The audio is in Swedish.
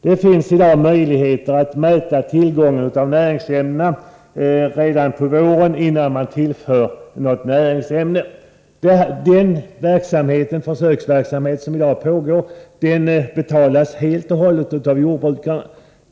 Det finns i dag möjligheter att mäta tillgången av näringsämnen i jorden redan på våren, innan man tillför något näringsämne. Denna pågående försöksverksamhet betalas helt och hållet av jordbrukarna.